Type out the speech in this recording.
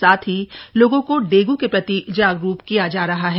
साथ ही लोगों को डेंगू के प्रति जागरूक किया जा रहा है